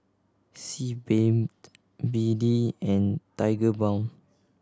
Sebamed B D and Tigerbalm